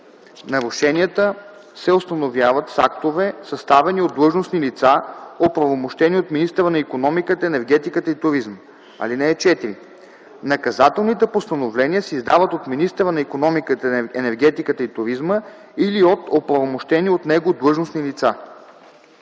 Нарушенията се установяват с актове, съставени от длъжностни лица, оправомощени от министъра на икономиката, енергетиката и туризма. (4) Наказателните постановления се издават от министъра на икономиката, енергетиката и туризма или от оправомощени от него длъжностни лица.”